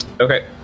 Okay